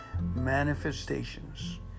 manifestations